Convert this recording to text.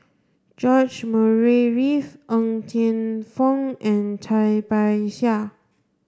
George Murray Reith Ng Teng Fong and Cai Bixia